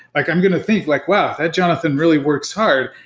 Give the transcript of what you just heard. like i'm going to think, like well, jonathan really works hard.